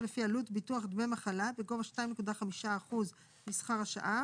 ערך שעה לעובד ניקיון שמועסק 6 ימים בשבוע (באחוזים/שקלים חדשים)